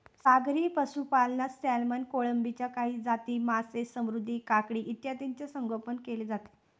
सागरी पशुपालनात सॅल्मन, कोळंबीच्या काही जाती, मासे, समुद्री काकडी इत्यादींचे संगोपन केले जाते